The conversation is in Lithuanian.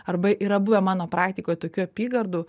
arba yra buvę mano praktikoj tokių apygardų